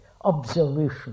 observation